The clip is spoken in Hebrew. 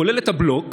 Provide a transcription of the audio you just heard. כולל את הבלוק,